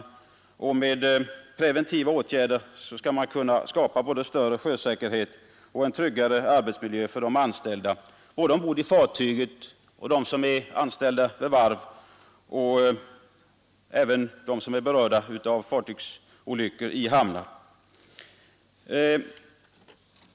Man kan då med preventiva åtgärder skapa större sjösäkerhet och en tryggare arbetsmiljö såväl för de ombordanställda som för de vid varven anställda och för dem i övrigt som berörs av fartygsolyckorna i hamnarna.